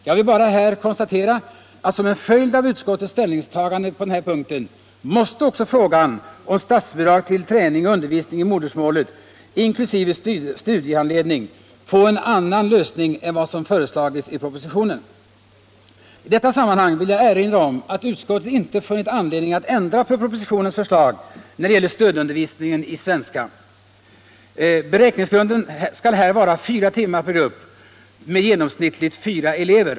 Jag vill bara här konstatera att som en följd av utskottets ställningstagande på den här punkten måste också frågan om statsbidrag till träning och undervisning i modersmålet inklusive studiehandledning få en annan lösning än vad som föreslagits i propositionen. I detta sammanhang vill jag erinra om att utskottet inte har funnit anledning att ändra propositionens förslag när det gäller stödundervisningen i svenska. Beräkningsgrunden skall här vara fyra timmar per grupp med genomsnittligt fyra elever.